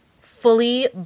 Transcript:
fully